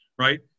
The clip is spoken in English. right